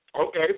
Okay